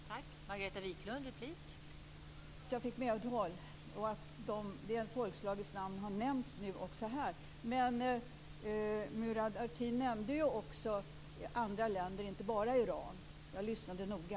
Fru talman! Det var ju bra att jag fick medhåll och att det folkslaget har nämnts också här. Men Murad Artin nämnde även andra länder, inte bara Iran. Jag lyssnade noga.